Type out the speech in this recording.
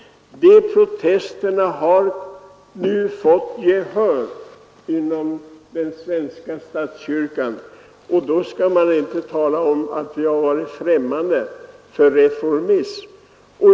De protesterna har nu väckt gehör inom den svenska statskyrkan, och man skall därför inte tala om att den varit främmande för reformism.